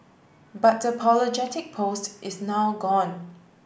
but the apologetic post is now gone